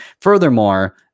Furthermore